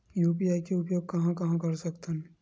UPI के उपयोग कहां कहा कर सकत हन?